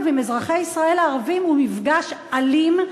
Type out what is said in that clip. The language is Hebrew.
ועם אזרחי ישראל הערבים הוא מפגש אלים,